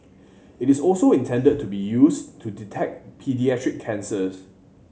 it is also intended to be used to detect paediatric cancers